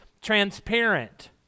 transparent